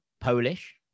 Polish